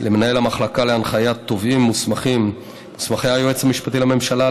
למנהל המחלקה להנחיית תובעים מוסמכי היועץ המשפטי לממשלה,